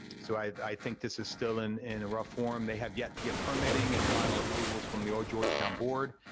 so, i think this is still and in rough form. they have yet to get permitting and final approvals from the old georgetown board.